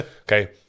Okay